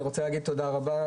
אני רוצה להגיד תודה רבה,